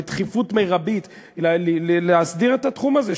בדחיפות מרבית להסדיר את התחום הזה,